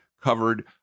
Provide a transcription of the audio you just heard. covered